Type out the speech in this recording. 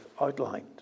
outlined